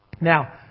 Now